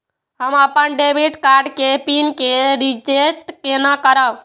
हम अपन debit card के पिन के रीसेट केना करब?